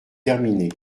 terminée